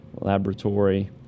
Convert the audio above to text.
laboratory